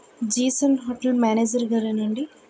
జిసేన్ hotel మేనేజర్గారేనా అండి